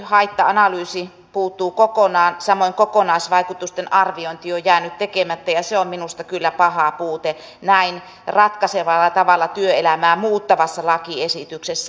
hyötyhaitta analyysi puuttuu kokonaan samoin kokonaisvaikutusten arviointi on jäänyt tekemättä ja se on minusta kyllä paha puute näin ratkaisevalla tavalla työelämää muuttavassa lakiesityksessä